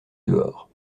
dehors